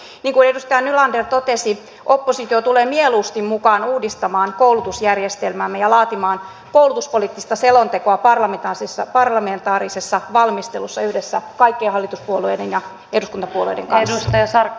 niin kuin edustaja nylander totesi oppositio tulee mieluusti mukaan uudistamaan koulutusjärjestelmäämme ja laatimaan koulutuspoliittista selontekoa parlamentaarisessa valmistelussa yhdessä kaikkien hallituspuolueiden ja eduskuntapuolueiden kanssa